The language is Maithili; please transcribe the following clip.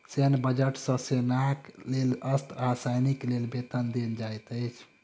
सैन्य बजट सॅ सेनाक लेल अस्त्र आ सैनिक के वेतन देल जाइत अछि